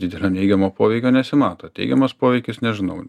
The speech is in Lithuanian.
didelio neigiamo poveikio nesimato teigiamas poveikis nežinau